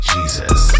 Jesus